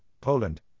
Poland